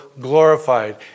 glorified